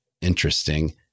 interesting